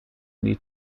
need